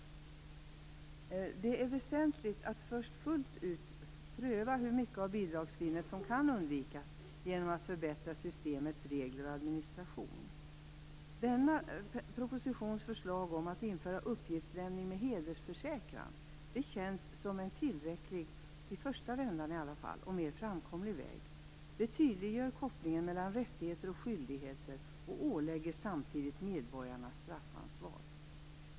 Det är väsentligt att först fullt ut pröva hur mycket av bidragssvinnet som kan undvikas genom att förbättra systemets regler och administration. Denna propositions förslag om att införa uppgiftslämning med hedersförsäkran känns som en tillräcklig och åtminstone i första vändan mer framkomlig väg. Det tydliggör kopplingen mellan rättigheter och skyldigheter och ålägger samtidigt medborgarna straffansvar.